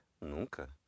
nunca